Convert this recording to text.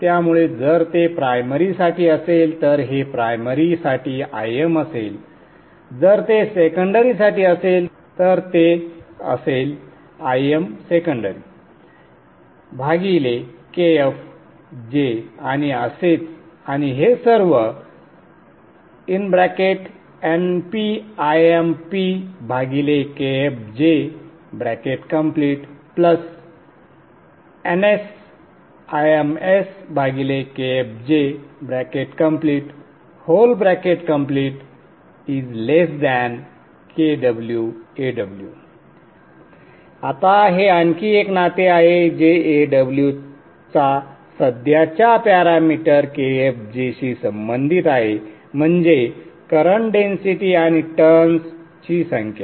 त्यामुळे जर ते प्रायमरी साठी असेल तर हे प्रायमरी साठी Im असेल जर ते सेकंडरी साठी असेल तर ते असेल Im सेकंडरी Kf J आणि असेच आणि हे सर्व NpImpKf JNsImsKf JKw Aw आता हे आणखी एक नाते आहे जे Aw चा सध्याच्या पॅरामीटर Kf J शी संबंधित आहे म्हणजे करंट डेन्सिटी आणि टर्न्स ची संख्या